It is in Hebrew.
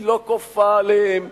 היא לא כופה עליהם,